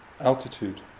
altitude